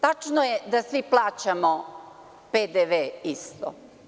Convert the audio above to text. Tačno je da svi plaćamo PDV isto.